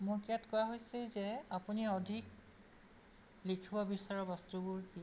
মোক ইয়াত কোৱা হৈছে যে আপুনি অধিক লিখিব বিচৰা বস্তুবোৰ কি